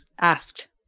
asked